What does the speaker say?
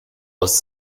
aus